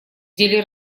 деле